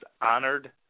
honored